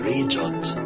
Regent